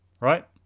right